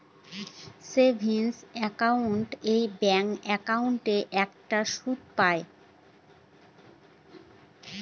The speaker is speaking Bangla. সেভিংস একাউন্ট এ ব্যাঙ্ক একাউন্টে একটা সুদ পাই